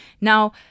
Now